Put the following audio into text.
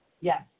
Yes